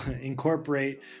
incorporate